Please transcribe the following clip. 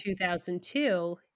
2002